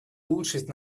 улучшить